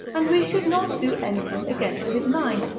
and we should not do anything against his mind,